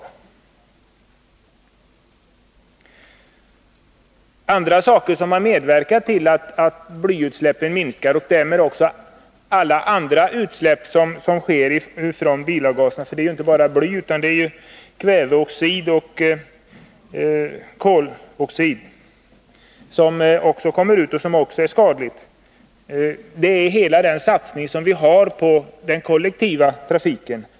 En annan åtgärd som har medverkat till att blyutsläppen minskar och därmed också alla andra luftföroreningar från bilavgaserna — det är inte bara bly utan också kväveoxid och koloxid som kommer ut — är den satsning som vi har gjort på den kollektiva trafiken.